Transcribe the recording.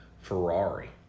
Ferrari